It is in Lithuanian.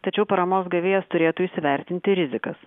tačiau paramos gavėjas turėtų įsivertinti rizikas